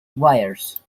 wires